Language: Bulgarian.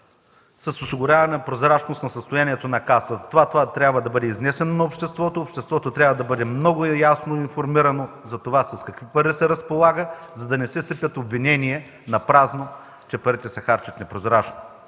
с осигуряване прозрачност на състоянието на Касата. Това трябва да бъде изнесено на обществото. Обществото трябва да бъде много ясно информирано с какви пари се разполага, за да не се сипят напразни обвинения, че парите се харчат непрозрачно.